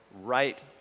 right